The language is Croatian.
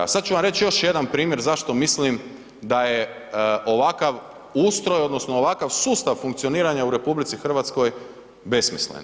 Sad ću vam reći još jedan primjer zašto mislim da je ovakav ustroj odnosno ovakav sustav funkcioniranja u RH besmislen.